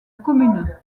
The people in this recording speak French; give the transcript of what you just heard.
commune